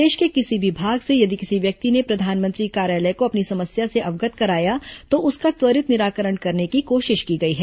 देश के किसी भी भाग से यदि किसी व्यक्ति ने प्रधानमंत्री कार्यालय को अपनी समस्या से अवगत कराया तो उसका त्वरित निराकरण करने की कोशिश की गई है